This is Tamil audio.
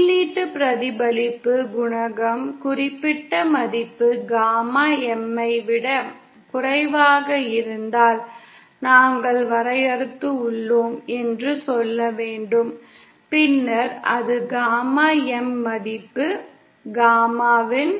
உள்ளீட்டு பிரதிபலிப்பு குணகம் குறிப்பிட்ட மதிப்பு காமா M ஐ விட குறைவாக இருந்தால் காமா எம் மதிப்புக்கான அதிர்வெண்களின்